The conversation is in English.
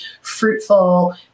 fruitful